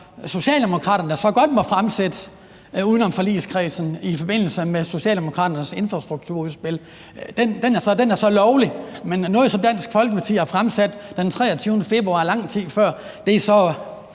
Socialdemokraterne så godt må foreslå uden om forligskredsen i forbindelse med Socialdemokraternes infrastrukturudspil. Den er så lovlig. Men noget, som Dansk Folkeparti har fremsat den 23. februar, lang tid før, er så